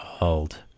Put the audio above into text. old